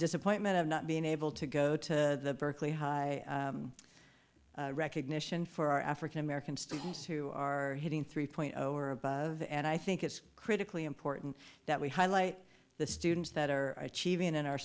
disappointment of not being able to go to berkeley high recognition for our african american students who are hitting three point zero or above and i think it's critically important that we highlight the students that are achieving in our